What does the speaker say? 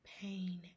pain